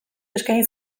eskaini